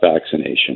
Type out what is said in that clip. vaccination